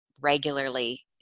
regularly